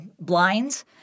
blinds